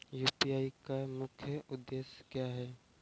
UPI का मुख्य उद्देश्य क्या है?